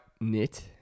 knit